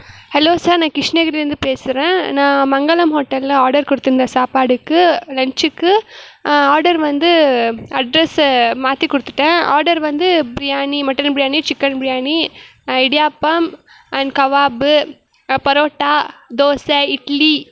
hello sir நான் கிருஷ்ணகிரியில் இருந்து பேசுகிறேன் நான் மங்களம் ஹோட்டலில் ஆடர் கொடுத்துருந்தேன் சாப்பாடுக்கு லன்சுக்கு ஆடர் வந்து அட்ரெஸ்ஸை மாற்றி கொடுத்துட்டேன் ஆடர் வந்து biryani mutton biryani chicken biryani idiyappam and kebab parotta dosa idli